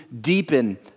deepen